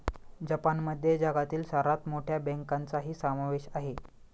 जपानमध्ये जगातील सर्वात मोठ्या बँकांचाही समावेश आहे